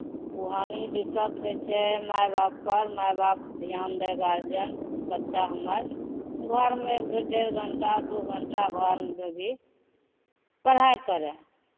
ओ हानि दिक्कत होइ छै माय बापपर माय बाप धियान दय गारजन बच्चा हमर घरमे एक डेढ़ घण्टा दू घण्टा घरमे भी पढ़ाइ करय